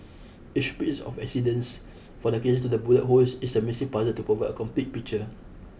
each piece of evidence from the cases to the bullet holes is a missing puzzle to provide a complete picture